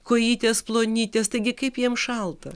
kojytės plonytės taigi kaip jiem šalta